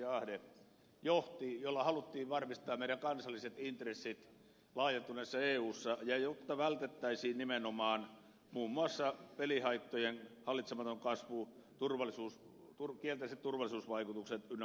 ahde johti jolla haluttiin varmistaa meidän kansalliset intressit laajentuneessa eussa jotta vältettäisiin nimenomaan muun muassa pelihaittojen hallitsematon kasvu kielteiset turvallisuusvaikutukset ynnä muuta